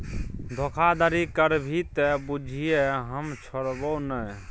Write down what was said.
धोखाधड़ी करभी त बुझिये हम छोड़बौ नै